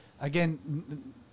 again